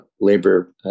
labor